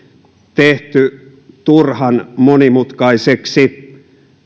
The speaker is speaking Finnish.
tehty turhan monimutkaiseksi